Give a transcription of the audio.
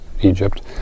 Egypt